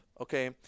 Okay